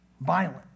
violent